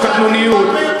זה קטנוניות,